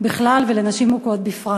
בכלל ולנשים מוכות בפרט,